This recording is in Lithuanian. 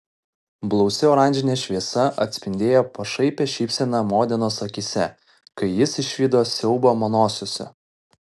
blausi oranžinė šviesa atspindėjo pašaipią šypseną modenos akyse kai jis išvydo siaubą manosiose